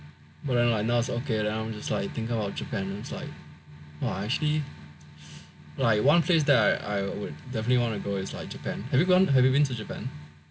but then now it's okay I'm just like thinking about Japan and it's like !wah! actually like one place that I I would definitely want to go is like Japan have you gone have you been to Japan